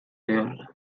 lehorra